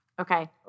Okay